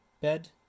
bed